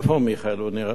הוא נעלם לי,